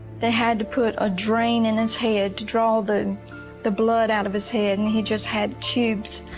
they had to put a drain in his head to draw the the blood out of his head. and he just had tubes